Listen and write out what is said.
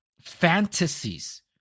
Fantasies